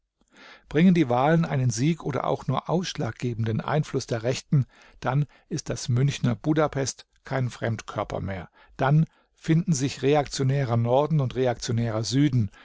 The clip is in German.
bringen die wahlen einen sieg oder auch nur ausschlaggebenden einfluß der rechten dann ist das münchener budapest kein fremdkörper mehr dann finden sich reaktionärer norden und reaktionärer süden